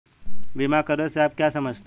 बीमा कवरेज से आप क्या समझते हैं?